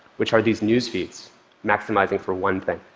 which are these newsfeeds maximizing for one thing.